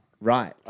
Right